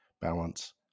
balance